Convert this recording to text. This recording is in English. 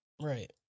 right